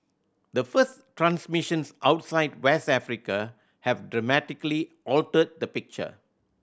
the first transmissions outside West Africa have dramatically altered the picture